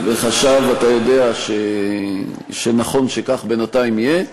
אתה יודע שנכון שכך בינתיים יהיה,